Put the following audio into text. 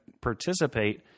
participate